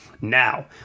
Now